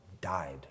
died